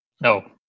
No